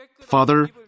Father